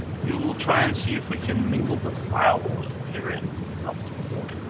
we will try and see if we can mingle the firewall in here and open up the port.